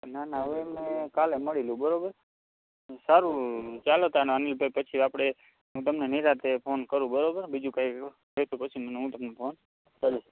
ના ના હવે મેં કાલે મળી લઉં બરાબર તો સારું ચાલો ત્યારે અનિલભાઈ પછી હું તમને નિરાંતે ફોન કરું બરાબર બીજું કંઇ હોય તો પછી હું તમને ફોન કરું